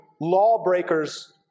lawbreaker's